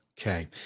Okay